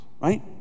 right